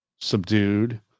subdued